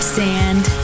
sand